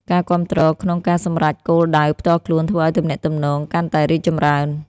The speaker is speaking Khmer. ការគាំទ្រគ្នាក្នុងការសម្រេចគោលដៅផ្ទាល់ខ្លួនធ្វើឱ្យទំនាក់ទំនងកាន់តែរីកចម្រើន។